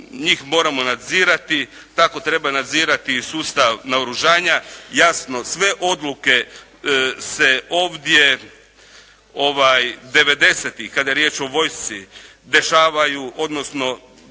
njih moramo nadzirati tako treba nadzirati i sustav naoružanja. Jasno sve odluke se ovdje 90-tih kada je riječ o vojsci, dešavaju, odnosno